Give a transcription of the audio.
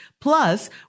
plus